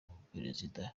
umuperezida